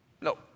no